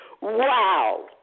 Wow